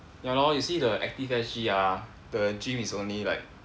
ya lor you see the Active S_G ah the gym is only like